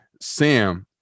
Sam